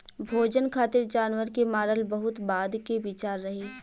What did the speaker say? भोजन खातिर जानवर के मारल बहुत बाद के विचार रहे